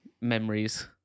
memories